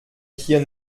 hier